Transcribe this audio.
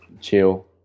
chill